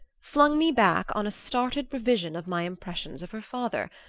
flung me back on a startled revision of my impressions of her father.